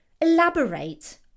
elaborate